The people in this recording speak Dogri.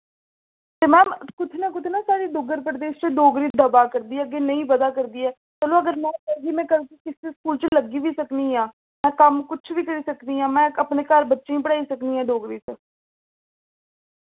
ते मैम कुतै ना कुतै न साढ़े डुग्गर प्रदेश च डोगरी दब्बा करदी ऐ अग्गें नेईं बधा करदी ऐ चलो अगर में करगी में कल्ल गी किसै स्कूल च लग्गी बी सकनी आं में कम्म कुछ बी करी सकनी आं में अपने घर बच्चें गी पढ़ाई सकनी आं डोगरी च